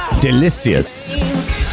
Delicious